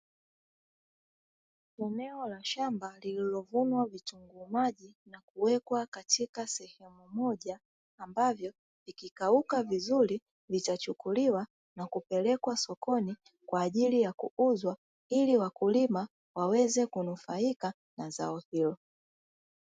Eneo la shamba lililovunwa vitunguu maji na kuwekwa katika sehemu moja, ambavyo vikikauka vizuri litachukuliwa na kupelekwa sokoni kwa ajili ya kuuzwa ili wakulima waweze kunufaika na zao hilo.